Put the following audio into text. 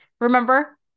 Remember